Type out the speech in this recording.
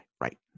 Right